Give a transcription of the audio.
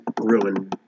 ruin